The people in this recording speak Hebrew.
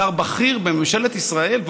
שר בכיר בממשלת ישראל,